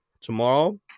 tomorrow